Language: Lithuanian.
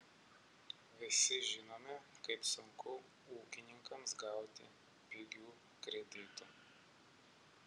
visi žinome kaip sunku ūkininkams gauti pigių kreditų